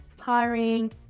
hiring